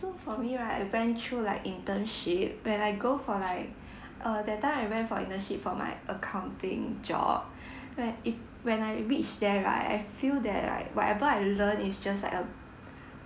so for me right I went through like internship when I go for like uh that time I went for internship for my accounting job where it when I reach there right I feel that like whatever I learn is just like a